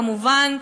כמובן,